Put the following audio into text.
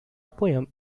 poem